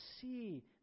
see